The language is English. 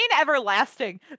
everlasting